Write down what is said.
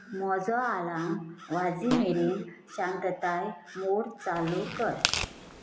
म्हजो आलार्म वाजी मेरेन शांतताय मोड चालू कर